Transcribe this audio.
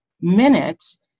minutes